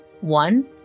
one